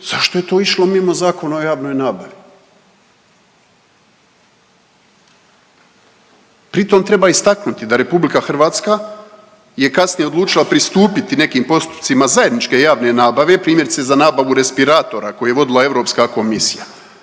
zašto je to išlo mimo Zakona o javnoj nabavi? Pritom treba istaknuti da RH je kasnije odlučila pristupiti nekim postupcima zajedničke javne nabave primjerice za nabavu respiratora koji je vodila Europska komisija.